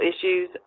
issues